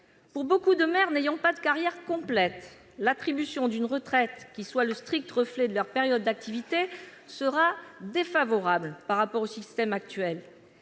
Pour beaucoup de mères n'ayant pas des carrières complètes, l'attribution d'une retraite qui soit le strict reflet de leurs périodes d'activité sera défavorable par rapport au système actuel.